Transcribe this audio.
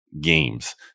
games